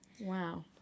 Wow